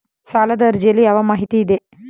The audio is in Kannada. ಸಾಲದ ಅರ್ಜಿಯಲ್ಲಿ ಯಾವ ಮಾಹಿತಿ ಇದೆ?